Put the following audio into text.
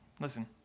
Listen